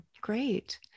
Great